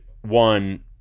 one